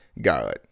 God